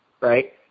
right